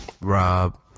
rob